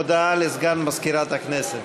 הודעה לסגן מזכירת הכנסת.